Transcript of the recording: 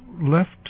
left